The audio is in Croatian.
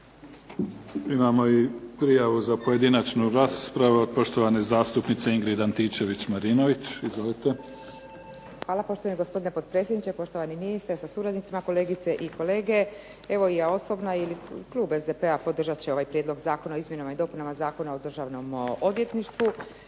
Imamo i prijavu za pojedinačnu raspravu od poštovane zastupnice Ingrid Antičević Marinović. Izvolite. **Antičević Marinović, Ingrid (SDP)** Hvala. Poštovani gospodine potpredsjedniče, poštovani ministre sa suradnicima, kolegice i kolege. Evo ja osobno ili klub SDP podržat će ovaj Prijedlog Zakona o izmjenama i dopunama Zakona o Državnom odvjetništvu,